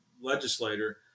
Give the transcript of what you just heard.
Legislator